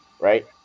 Right